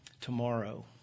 tomorrow